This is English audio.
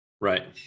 Right